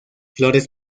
flores